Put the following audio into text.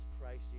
Christ